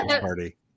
party